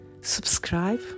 subscribe